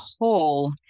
whole